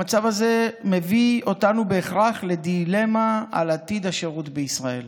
המצב הזה מביא אותנו בהכרח לדילמה על עתיד השירות בישראל.